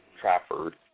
Trafford